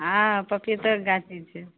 हँ पपीतोके गाछी छै